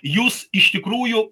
jūs iš tikrųjų